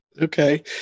Okay